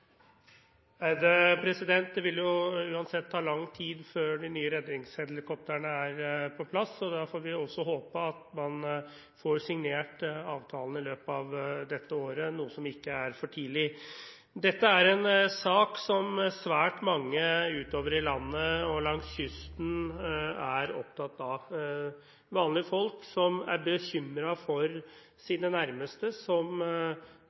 på plass, og da får vi også håpe at man får signert avtalen i løpet av dette året, noe som ikke er for tidlig. Dette er en sak som svært mange utover i landet og langs kysten er opptatt av. Når det gjelder vanlige folk som er bekymret for sine nærmeste som